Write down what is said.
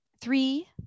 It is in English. three